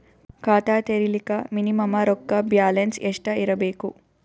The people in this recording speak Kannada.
ಖಾತಾ ತೇರಿಲಿಕ ಮಿನಿಮಮ ರೊಕ್ಕ ಬ್ಯಾಲೆನ್ಸ್ ಎಷ್ಟ ಇರಬೇಕು?